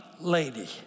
lady